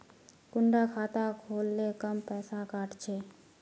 कुंडा खाता खोल ले कम पैसा काट छे?